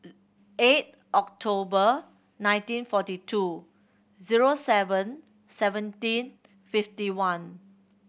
eight October nineteen forty two zero seven seventeen fifty one